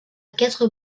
quatre